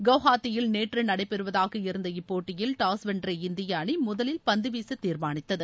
கவுகாத்தியில் நேற்று நடைபெறுவதாக இருந்த இப்போட்டியில் டாஸ் வென்ற இந்திய அணி முதலில் பந்து வீச திர்மானித்தது